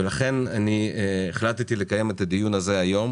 לכן אני החלטתי לקיים את הדיון הזה היום